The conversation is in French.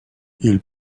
ils